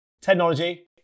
Technology